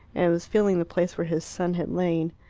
and was feeling the place where his son had lain.